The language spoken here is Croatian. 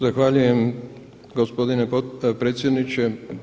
Zahvaljujem gospodine predsjedniče.